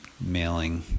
mailing